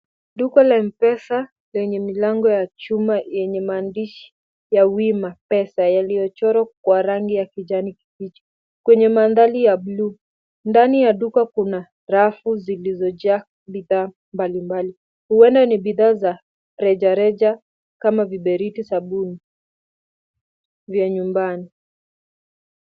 Duka la mpesa yenye milango ya chuma yenye maandishi ya wima pesa yaliyochorwa kwa rangi ya kijani kibichi .Kwenye mandhari ya blue , ndani ya duka kuna rafu zilizojaa bidhaa mbalimbali. Huenda ni bidhaa rejareja kama viberiti, sabuni ,vya nyumbani.